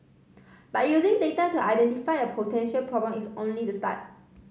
but using data to identify a potential problem is only the start